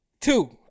Two